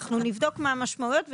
אנחנו נבדוק מה המשמעויות.